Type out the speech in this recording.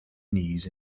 knees